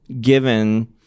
given